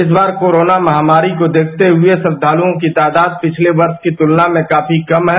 इस बार कोरोना महामारी को देखते हुए श्रद्धालुओं की तादाद पिछले वर्ष की तुलना में काफी कम है